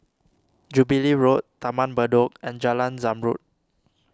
Jubilee Road Taman Bedok and Jalan Zamrud